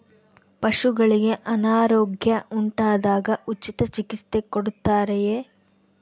ಪಶುಗಳಿಗೆ ಅನಾರೋಗ್ಯ ಉಂಟಾದಾಗ ಉಚಿತ ಚಿಕಿತ್ಸೆ ಕೊಡುತ್ತಾರೆಯೇ?